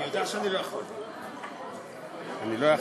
לא בורח,